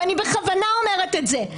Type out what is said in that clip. ואני בכוונה אומרת את זה,